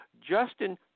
Justin